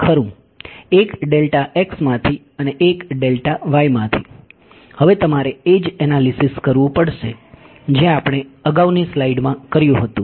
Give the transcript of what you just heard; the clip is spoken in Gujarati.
ખરું એક માંથી અને એક માંથી હવે તમારે એ જ એનાલિસિસ કરવું પડશે જે આપણે અગાઉની સ્લાઈડમાં કર્યું હતું